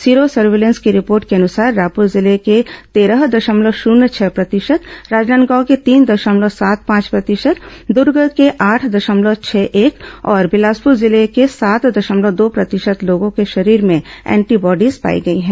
sero surveillance की report के अनुसार रायपुर जिले के तेरह दशमलव शून्य छह प्रतिशत राजनांदगांव के तीन दशमलव सात पांच प्रतिशत दूर्ग के आठ देशमलव छह एक और बिलासपुर जिले के सात दशमलव दो प्रतिशत लोगों के शरीर में एंटीबॉडीज पाई गई है